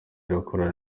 irakora